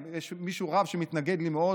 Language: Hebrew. יש רב שמתנגד לי מאוד,